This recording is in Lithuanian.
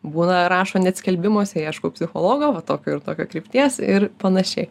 būna rašo net skelbimuose ieškau psichologo va tokio ir tokio krypties ir panašiai